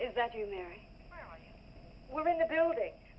is that you were in the building